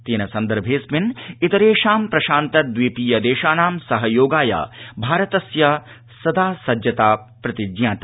तेन सन्दर्भेडस्मिन् इतरेषां प्रशान्त द्वीपीय देशानां सहयोगाय भारतस्य सदा सज्जता प्रतिज्ञाता